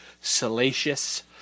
salacious